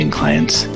clients